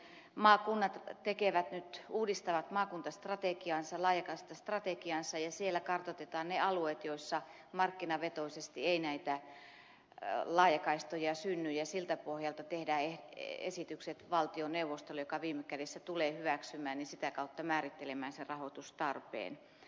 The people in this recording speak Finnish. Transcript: maakunnat uudistavat nyt maakuntastrategiaansa laajakaistastrategiaansa ja siellä kartoitetaan ne alueet missä markkinavetoisesti ei näitä laajakaistoja synny ja siltä pohjalta tehdään esitykset valtioneuvostolle joka viime kädessä tulee hyväksymään ne ja sitä kautta määrittelemään sen rahoitustarpeen